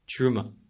truma